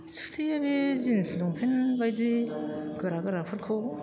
सुथेयो बे जिन्स लपेन्ट बायदि गोरा गोराफोरखौ